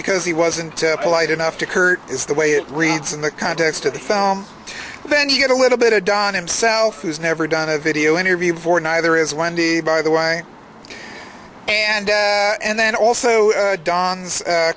because he wasn't polite enough to kurt is the way it reads in the context of the foam then you get a little bit of don himself who's never done a video interview before neither is wendy by the way and and then also don's